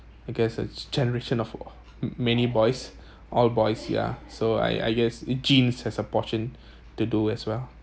I guess a generation of many boys all boys ya so I I guess genes has a portion to do as well